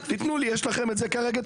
יש לכם את זה כרגע?